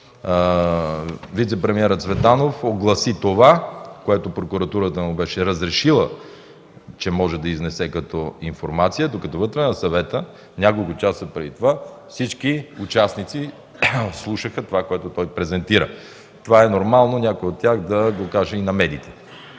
Вицепремиерът Цветанов огласи това, което прокуратурата му беше разрешила да изнесе като информация. Вътре на съвета няколко часа преди това всички участници слушаха това, което той презентира. Нормално е някой от тях го каже и на медиите.